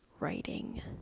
writing